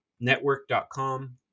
network.com